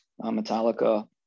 metallica